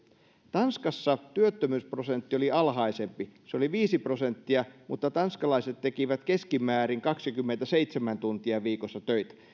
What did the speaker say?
tanskassa työttömyysprosentti oli alhaisempi se oli viisi prosenttia mutta tanskalaiset tekivät keskimäärin kaksikymmentäseitsemän tuntia viikossa töitä